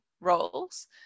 roles